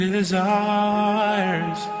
Desires